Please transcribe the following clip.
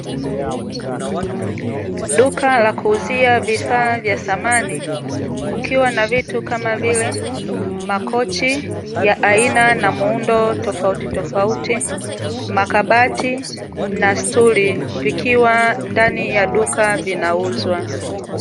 Duka la kuuzia vifaa vya samani, kukiwa na vitu kama vile: makochi ya aina na muundo tofauti tofauti, makabati na stuli vikiwa ndani ya duka vinauzwa.